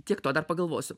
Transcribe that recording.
tiek to dar pagalvosiu